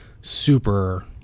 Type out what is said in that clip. super